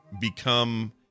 become